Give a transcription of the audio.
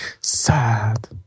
Sad